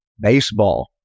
Baseball